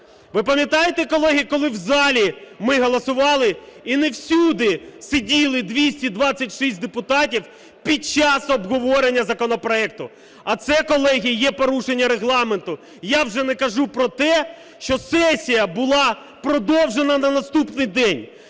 Ви пам'ятаєте, колеги, коли в залі ми голосували і не всюди сиділи 226 депутатів під час обговорення законопроекту? А це, колеги, є порушення Регламенту, я вже не кажу про те, що сесія була продовжена на наступний день.